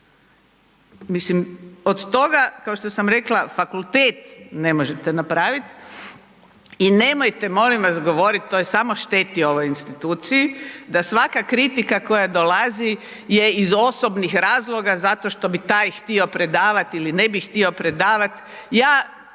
mislim od toga, kao što sam rekla, fakultet ne možete napravit i nemojte molim vas govorit to je samo šteti ovoj instituciji da svaka kritika koja dolazi je iz osobnih razloga zato što bi taj htio predavat ili ne bi htio predavat,